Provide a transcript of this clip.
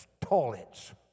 toilets